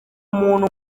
umuntu